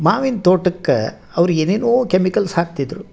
ಮಾವಿನ ತೋಟಕ್ಕೆ ಅವ್ರು ಏನೆನೋ ಕೆಮಿಕಲ್ಸ್ ಹಾಕ್ತಿದ್ದರು